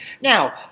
Now